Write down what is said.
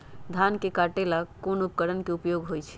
धान के काटे का ला कोंन उपकरण के उपयोग होइ छइ?